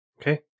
Okay